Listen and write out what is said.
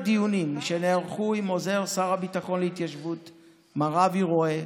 לפטור, בהוראה